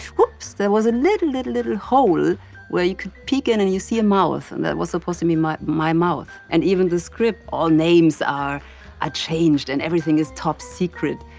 whoops, there was a little, little little hole where you could peek in and you see a mouth, and that was supposed to be my my mouth, and even the script, all names are ah changed, and everything is top secret.